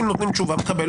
אם נותנים תשובה מקבל,